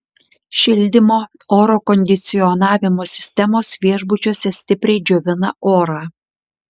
šildymo oro kondicionavimo sistemos viešbučiuose stipriai džiovina orą